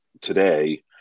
today